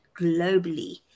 globally